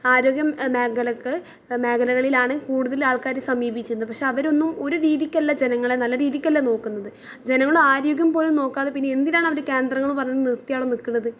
ആരോഗ്യം മേഖലയ്ക്ക് മേഖലകളിലാണ് കൂടുതലാൾക്കാര് സമീപിച്ചിരുന്നത് പക്ഷേ അവരൊന്നും ഒരു രീതിക്കല്ല ജെനങ്ങളെ നല്ല രീതിക്കല്ല നോക്കുന്നത് ജനങ്ങുടെ ആരോഗ്യം പോലും നോക്കാതെ പിന്നെന്തിനാണവര് കേന്ദ്രങ്ങള് പറഞ്ഞ് നിർത്തി അവിടെ നിൽക്കുന്നത്